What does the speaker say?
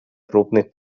крупных